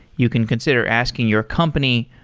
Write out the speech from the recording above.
you can consider asking your company,